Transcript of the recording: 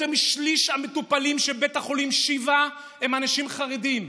יותר משליש מהמטופלים של בית החולים שיבא הם אנשים חרדים.